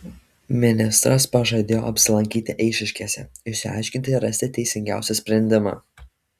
ministras pažadėjo apsilankyti eišiškėse išsiaiškinti ir rasti teisingiausią sprendimą